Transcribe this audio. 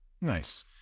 Nice